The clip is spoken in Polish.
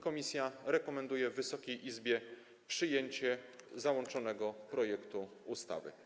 Komisja rekomenduje Wysokiej Izbie przyjęcie załączonego projektu ustawy.